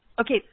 okay